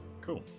cool